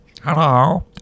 Hello